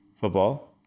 football